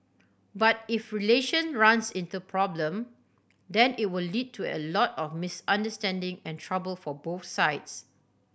but if relation runs into problem then it will lead to a lot of misunderstanding and trouble for both sides